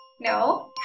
No